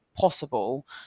possible